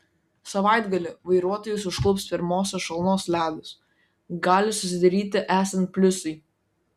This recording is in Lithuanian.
savaitgalį vairuotojus užklups pirmosios šalnos ledas gali susidaryti esant pliusui